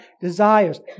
desires